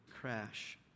crash